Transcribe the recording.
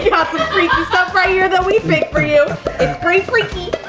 freaky stuff right here that we picked for you, it's pretty freaky.